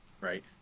Right